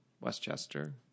Westchester